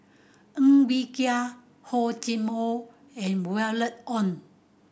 Ng Bee Kia Hor Chim Or and Violet Oon